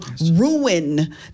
ruin